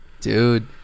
Dude